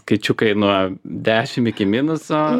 nes skaičiukai nuo dešimt iki minuso